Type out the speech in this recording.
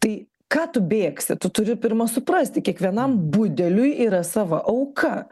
tai ką tu bėgsi tu turi pirma suprasti kiekvienam budeliui yra sava auka